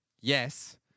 yes